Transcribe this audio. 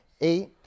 eight